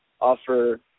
offer